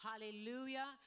Hallelujah